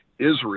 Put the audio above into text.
Israel